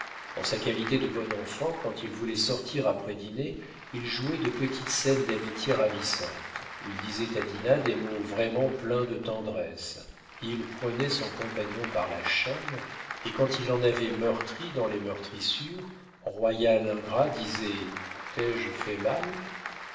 en sa qualité de bon enfant quand il voulait sortir après dîner il jouait de petites scènes d'amitié ravissantes il disait à dinah des mots vraiment pleins de tendresse il prenait son compagnon par la chaîne et quand il l'en avait meurtrie dans les meurtrissures le royal ingrat disait t'ai-je fait mal